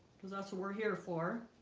because that's what we're here for